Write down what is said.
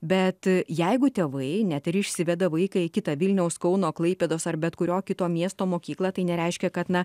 bet jeigu tėvai net ir išsiveda vaiką į kitą vilniaus kauno klaipėdos ar bet kurio kito miesto mokyklą tai nereiškia kad na